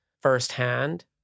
firsthand